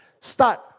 Start